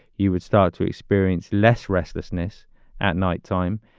you would start to experience less restlessness at nighttime.